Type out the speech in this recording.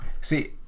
See